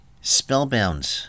Spellbound